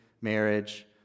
marriage